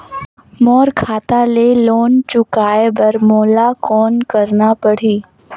मोर खाता ले लोन चुकाय बर मोला कौन करना पड़ही?